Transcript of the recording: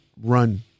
run